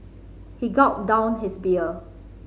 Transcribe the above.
he gulped down his beer